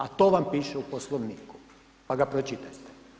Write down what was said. A to vam piše u Poslovniku pa ga pročitajte.